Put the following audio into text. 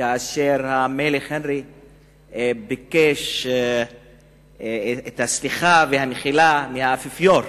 כאשר המלך הנרי ביקש סליחה ומחילה מהאפיפיור.